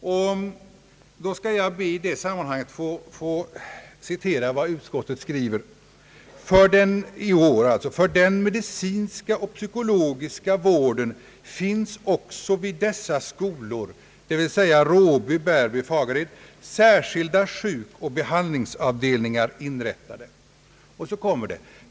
I det sammanhanget skall jag be att få citera vad utskottet i år skriver: »För den medicinska och psykologiska vården finns också vid dessa skolor», dvs. Råby, Bärby och Fagared, »särskilda sjukoch behandlingsavdelningar inrättade.